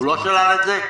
הוא לא שלל את זה?